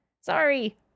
Sorry